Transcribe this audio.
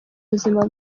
buzima